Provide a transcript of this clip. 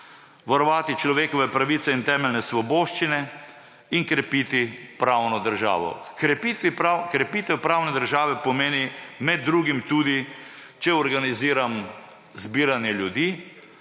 varovati človekove pravice in temeljne svoboščine in krepiti pravno državo. Krepitev pravne države pomeni med drugim tudi, če organiziram zbiranje ljudi,